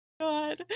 God